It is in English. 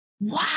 Wow